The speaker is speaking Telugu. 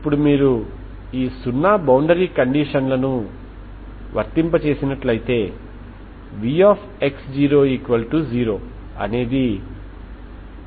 ఇప్పుడు దీనిపై మీరు ఇతర బౌండరీ కండిషన్ ను XL0 అప్లై చేస్తే అది మనకు μc1sin μL 0 ఇస్తుంది